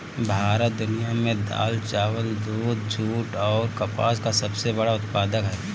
भारत दुनिया में दाल चावल दूध जूट आउर कपास का सबसे बड़ा उत्पादक ह